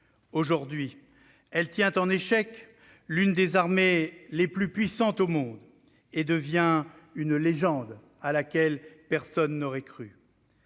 Aujourd'hui, elle permet de tenir en échec l'une des armées les plus puissantes au monde, et devient une légende à laquelle personne n'aurait cru.